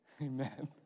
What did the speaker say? Amen